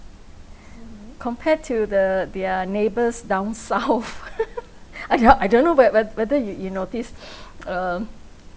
compare to the their neighbours down south I don't I don't know whe~ whe~ whether you you notice um